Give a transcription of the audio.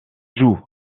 joue